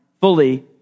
fully